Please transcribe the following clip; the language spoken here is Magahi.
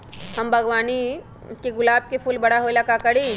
हम अपना बागवानी के गुलाब के फूल बारा होय ला का करी?